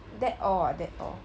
that all ah that all